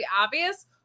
obvious